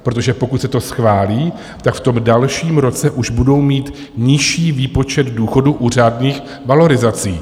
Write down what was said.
Protože pokud se to schválí, tak v tom dalším roce už budou mít nižší výpočet důchodu u řádných valorizací.